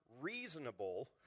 reasonable